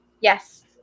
yes